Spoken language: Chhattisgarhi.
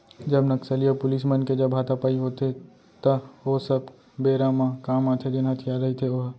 जब नक्सली अऊ पुलिस मन के जब हातापाई होथे त ओ सब बेरा म काम आथे जेन हथियार रहिथे ओहा